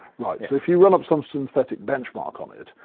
right. so if you run up some synthetic benchmark on it,